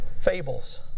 fables